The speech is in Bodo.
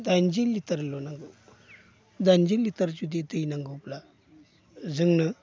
दाइनजि लिटारल' नांगौ दाइनजि लिटार जुदि दै नांगौब्ला जोंनो